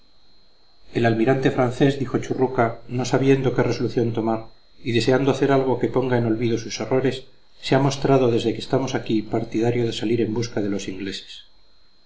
el almirante francés dijo churruca no sabiendo qué resolución tomar y deseando hacer algo que ponga en olvido sus errores se ha mostrado desde que estamos aquí partidario de salir en busca de los ingleses